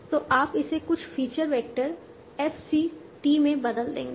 तो आप इसे कुछ feature vector f c t में बदल देंगे